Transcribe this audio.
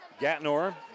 Gatnor